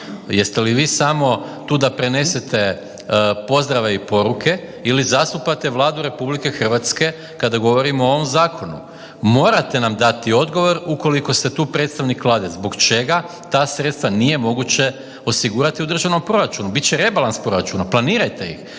Jeste li vi samo tu da prenesete pozdrave i poruke ili zastupate Vladu RH kada govorimo o ovom zakonu? Morate nam dati odgovor ukoliko ste tu predstavnik Vlade. Zbog čega ta sredstva nije moguće osigurati u državnom proračunu? Bit će rebalans proračuna, planirajte ih,